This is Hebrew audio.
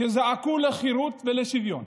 שזעקו לחירות ולשוויון,